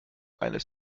eines